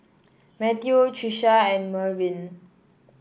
Matteo Trisha and Mervin